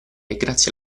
grazie